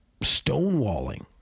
stonewalling